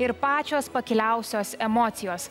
ir pačios pakiliausios emocijos